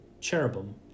cherubim